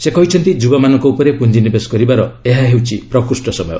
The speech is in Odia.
ସେ କହିଛନ୍ତି ଯୁବାମାନଙ୍କ ଉପରେ ପୁଞ୍ଜିନିବେଶ କରିବାର ଏହା ହେଉଛି ପ୍ରକୃଷ୍ଟ ସମୟ